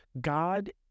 God